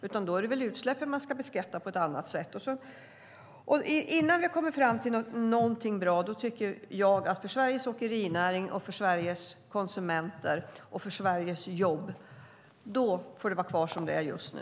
Det är väl utsläppen som man ska beskatta på ett annat sätt. Innan vi har kommit fram till något bra tycker jag att det - för Sveriges åkerinäring, för Sveriges konsumenter och för Sveriges jobb - får vara kvar som det är just nu.